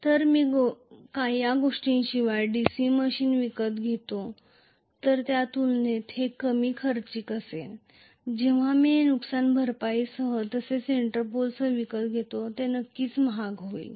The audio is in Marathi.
जर मी या गोष्टीशिवाय DC मशीन विकत घेतो तर त्या तुलनेत ते कमी खर्चिक असेल जेव्हा मी हे कॉम्पेन्सेटिंग विंडींगसह तसेच इंटरपोलसह विकत घेतो तर ते नक्कीच महाग होईल